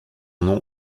nom